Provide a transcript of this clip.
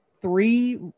three